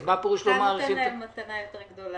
אז מה הפירוש לא מאריכים --- אתה נותן להם מתנה יותר גדולה.